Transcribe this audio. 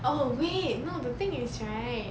oh wait no the thing is right